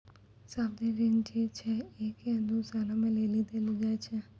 सावधि ऋण जे छै एक या दु सालो लेली देलो जाय छै